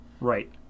right